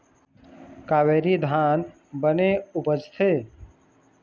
कावेरी धान बने उपजथे?